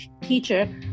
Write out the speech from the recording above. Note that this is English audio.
teacher